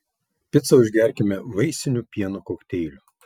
picą užgerkime vaisiniu pieno kokteiliu